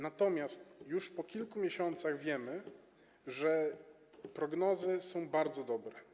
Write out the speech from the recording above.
Natomiast już po kilku miesiącach wiemy, że prognozy są bardzo dobre.